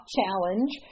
Challenge